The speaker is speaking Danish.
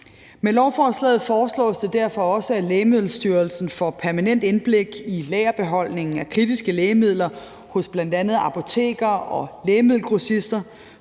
Med lovforslaget foreslås det derfor også, at Lægemiddelstyrelsen får permanent indblik i lagerbeholdningen af kritiske lægemidler hos bl.a. apoteker og lægemiddelgrossister.